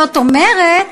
זאת אומרת,